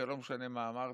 זה לא משנה מה אמרתם,